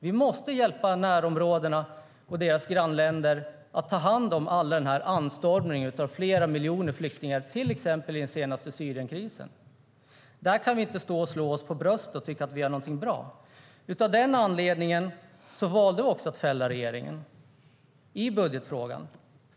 Vi måste hjälpa människor i närområdena och deras grannländer att ta hand om all denna anstormning av flera miljoner flyktingar, till exempel när det gäller den senaste Syrienkrisen. Där kan vi inte slå oss för bröstet och tycka att vi gör någonting bra. Av den anledningen valde vi att fälla regeringen i budgetfrågan.